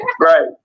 Right